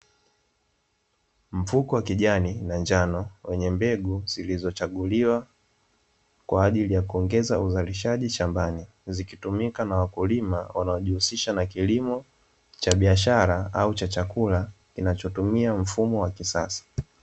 Mfuko wa kijani na njano wenye mbegu zilizo chaguliwa, kwa ajili ya kuongeza uzalishaji shambani, zikitumika na wakulima wanaojihusisha na kilimo cha biashara, au chakula kinachotumia mfumo wa kisasa.